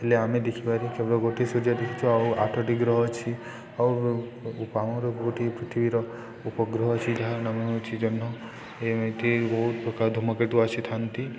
ହେଲେ ଆମେ ଦେଖିପାରି କେବଳ ଗୋଟିଏ ସୂର୍ଯ୍ୟ ଦେଖିଛୁ ଆଉ ଆଠଟି ଗ୍ରହ ଅଛି ଆଉ ଆମର ଗୋଟିଏ ପୃଥିବୀର ଉପଗ୍ରହ ଅଛି ଯାହା ନାମ ହେଉଛି ଜହ୍ନ ଏମିତି ବହୁତ ପ୍ରକାର ଧୁମକେତୁ ଆସିଥାନ୍ତି